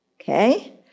okay